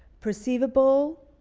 perceivable.